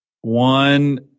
one